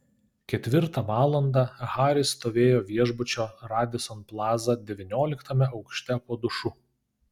ketvirtą valandą haris stovėjo viešbučio radisson plaza devynioliktame aukšte po dušu